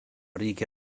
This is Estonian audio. riigi